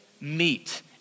meet